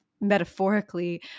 metaphorically